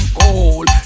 cold